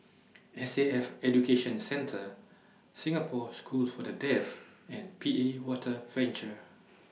S A F Education Centre Singapore School For The Deaf and P A Water Venture